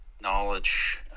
knowledge